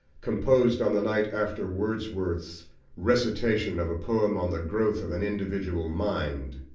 composed on the night after wordsworth's recitation of a poem on the growth of an individual mind,